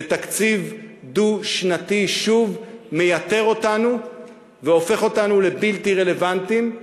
ותקציב דו-שנתי שוב מייתר אותנו והופך אותנו לבלתי רלוונטיים.